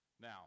Now